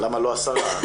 למה לא 10 מיליון.